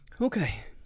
okay